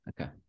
Okay